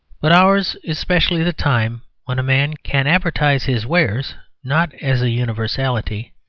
but ours is specially the time when a man can advertise his wares not as a universality,